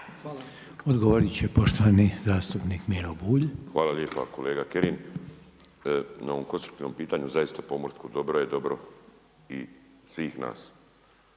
Odgovoriti će poštovani zastupnik Miro Bulj. **Bulj, Miro (MOST)** Hvala lijepa kolega Kirin na ovom konstruktivnom pitanju zaista pomorsko dobro je dobro i svih nas.